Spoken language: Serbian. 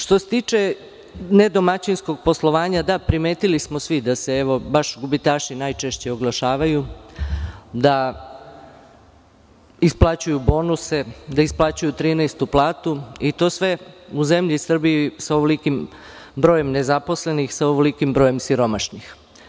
Što se tiče nedomaćinskog poslovanja, da, primetili smo svi da se baš gubitaši najčešće oglašavaju da isplaćuju bonuse, da isplaćuju 13. platu, i to sve u zemlji Srbiji, sa ovolikim brojem nezaposlenih, sa ovolikim brojem siromašnih.